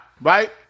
right